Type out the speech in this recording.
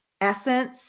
essence